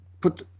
put